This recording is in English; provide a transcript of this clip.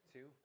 Two